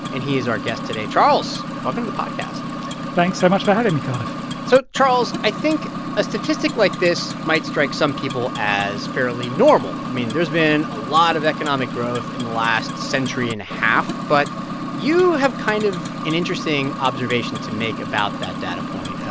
and he is our guest today. charles, welcome to the podcast thanks so much for having me, cardiff so, charles, i think a statistic like this might strike some people as fairly normal. i mean, there's been a lot of economic growth in the last century and a half. but you have kind of an interesting observation to make about that data point.